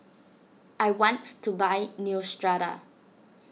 I want to buy Neostrata